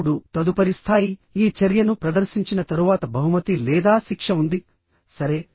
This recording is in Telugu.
ఇప్పుడు తదుపరి స్థాయి ఈ చర్యను ప్రదర్శించిన తరువాత బహుమతి లేదా శిక్ష ఉందిసరే